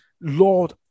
lord